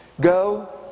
go